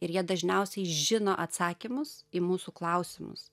ir jie dažniausiai žino atsakymus į mūsų klausimus